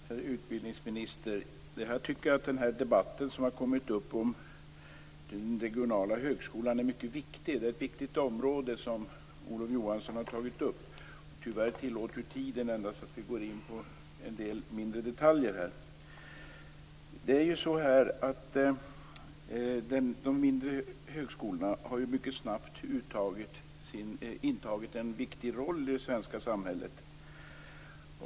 Fru talman! Herr utbildningsminister! Jag tycker att debatten som har kommit upp om den regionala högskolan är mycket viktig. Det är ett viktigt område som Olof Johansson har tagit upp. Tyvärr tillåter tiden endast att vi går in på en del mindre detaljer här. De mindre högskolorna har mycket snabbt intagit en viktig roll i det svenska samhället.